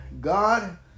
God